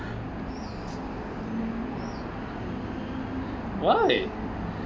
why